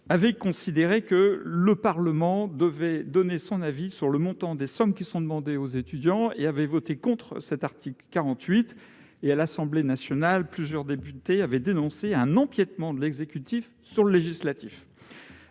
considérant que le Parlement devait donner son avis sur le montant des sommes demandées aux étudiants, avait voté contre cet article 48. À l'Assemblée nationale, plusieurs députés avaient dénoncé « un empiétement de l'exécutif sur le législatif